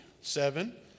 Seven